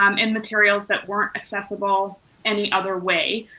um in materials that weren't accessible any other way.